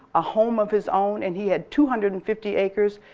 a home of his own and he had two hundred and fifty acres,